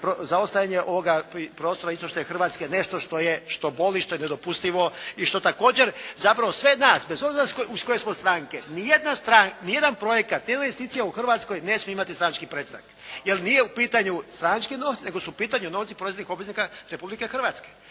zaostajanje ovoga prostora istočne Hrvatske nešto što boli, što je nedopustivo i što također zapravo sve nas bez obzira iz koje smo stranke nijedan projekat, nijedna investicija u Hrvatskoj ne smije imati stranački …/Govornik se ne razumije./… jer nije u pitanju stranački novac nego su u pitanju novci poreznih obveznika Republike Hrvatske.